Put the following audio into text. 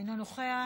אינו נוכח.